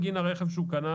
האוטובוס.